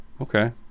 Okay